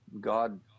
god